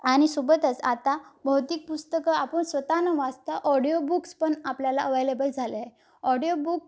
आणि सोबतच आता भौतिक पुस्तकं आपण स्वत न वाचता ऑडिओ बुक्स पण आपल्याला अवलेबल झाले आहे ऑडिओ बुक